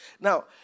now